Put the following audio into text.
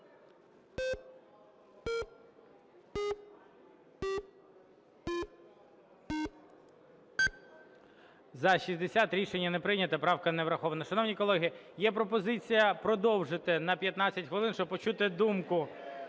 За-60 Рішення не прийнято. Правка не врахована. Шановні колеги, є пропозиція продовжити на 15 хвилин, щоб почути думку.